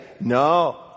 no